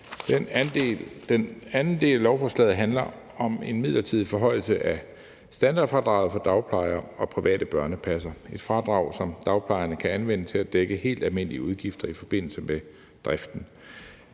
Den anden del af lovforslaget handler om en midlertidig forhøjelse af standardfradraget for dagplejere og private børnepassere. Det er et fradrag, som dagplejerne kan anvende til at dække helt almindelige udgifter i forbindelse med driften.